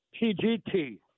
PGT